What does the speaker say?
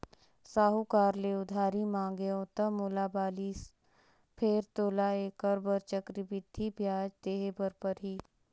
साहूकार ले उधारी मांगेंव त मोला बालिस फेर तोला ऐखर बर चक्रबृद्धि बियाज देहे बर परही